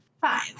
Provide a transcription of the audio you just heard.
Five